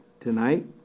tonight